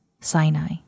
Sinai